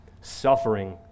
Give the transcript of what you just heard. Suffering